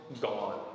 gone